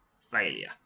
failure